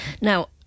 Now